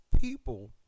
people